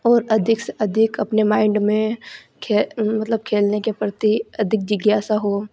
और अधिक से अधिक अपने माइंड में खे मतलब खेलने के प्रति अधिक जिज्ञासा हो